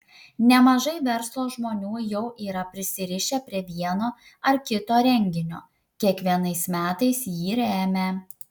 nemažai verslo žmonių jau yra prisirišę prie vieno ar kito renginio kiekvienais metais jį remią